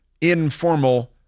informal